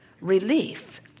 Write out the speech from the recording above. Relief